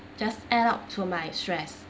just add up to my stress